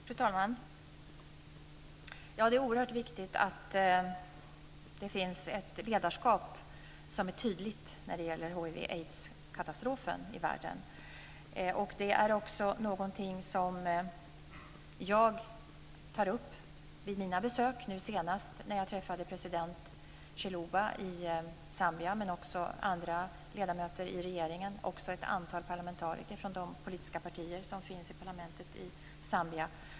Fru talman! Det är oerhört viktigt att det finns ett ledarskap som är tydligt när det gäller hiv/aidskatastrofen i världen. Det är också någonting som jag tar upp vid mina besök, nu senast när jag träffade presidenten i Zambia men också andra ledamöter i regeringen och ett antal parlamentariker från olika politiska partier i parlamentet i Zambia.